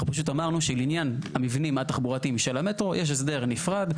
אנחנו פשוט אמרנו שלעניין המבנים התחבורתיים של המטרו יש הסדר נפרד,